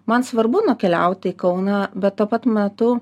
man svarbu nukeliaut į kauną bet tuo pat metu